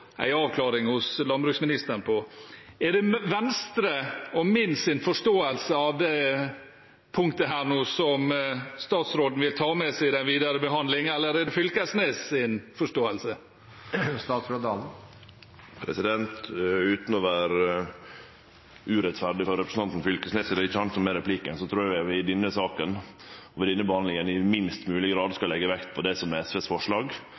avklaring av hos landbruksministeren. Er det Venstres – og min – forståelse av dette punktet som statsråden vil ta med seg i den videre behandling, eller er det Knag Fylkesnes’ forståelse? Utan å vere urettferdig mot representanten Knag Fylkesnes – det er ikkje han som har replikken – trur eg vi i denne saka og ved denne behandlinga i minst mogleg grad skal leggje vekt på det som er SVs forslag.